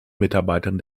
mitarbeitern